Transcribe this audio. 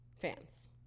fans